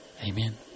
Amen